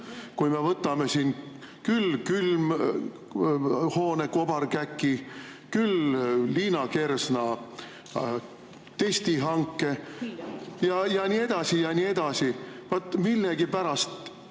Kui me võtame siin küll külmhoone kobarkäki, küll Liina Kersna testihanke ja nii edasi, vaat siis millegipärast